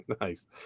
Nice